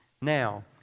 Now